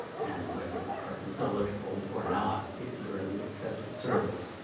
and whether you're preference eligible or not if you're in the excepted service.